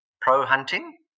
pro-hunting